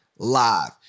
Live